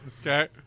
Okay